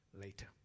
later